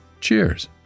Cheers